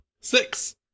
six